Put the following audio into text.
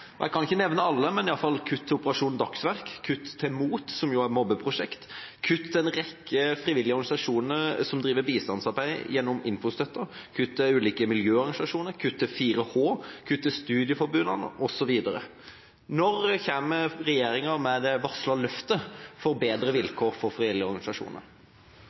Jeg kan ikke nevne alle, men det er iallfall kutt til Operasjon Dagsverk, kutt til MOT, som er en organisasjon som arbeider mot mobbing, kutt til en rekke frivillige organisasjoner som driver bistandsarbeid gjennom infostøtten, kutt til ulike miljøorganisasjoner, kutt til 4H, kutt til studieforbundene, osv. Når kommer regjeringa med det varslede løftet for bedre